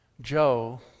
Joe